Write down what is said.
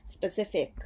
specific